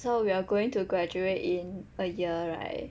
so we are going to graduate in a year right